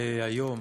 היום